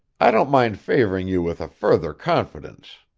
i don't mind favoring you with a further confidence.